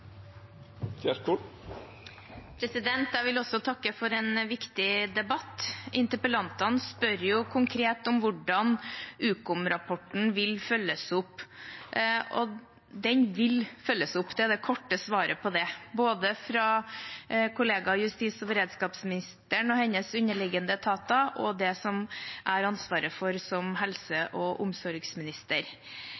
Jeg vil også takke for en viktig debatt. Interpellantene spør konkret om hvordan Ukom-rapporten vil følges opp. Den vil følges opp – det er det korte svaret på det – både fra min kollega justis- og beredskapsministeren og hennes underliggende etater og ut fra det som jeg har ansvaret for, som helse-